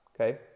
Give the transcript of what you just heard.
okay